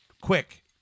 quick